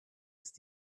ist